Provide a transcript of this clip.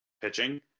pitching